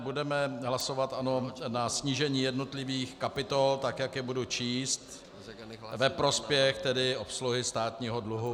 Budeme hlasovat o snížení jednotlivých kapitol, tak jak je budu číst, ve prospěch obsluhy státního dluhu.